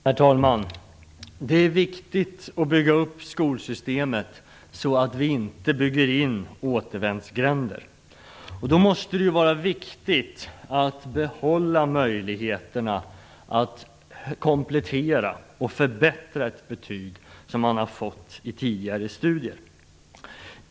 Herr talman! Det är viktigt att bygga upp skolsystemet så att vi inte bygger in återvändsgränder. Då måste det vara viktigt att behålla möjligheterna att komplettera och förbättra ett betyg som man har fått i tidigare studier.